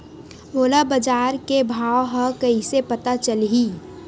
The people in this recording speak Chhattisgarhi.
मोला बजार के भाव ह कइसे पता चलही?